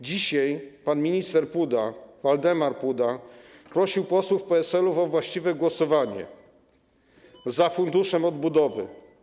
Dzisiaj pan minister Waldemar Buda prosił posłów PSL o właściwe głosowanie: za Funduszem Odbudowy.